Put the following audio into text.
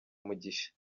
umugisha